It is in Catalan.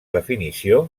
definició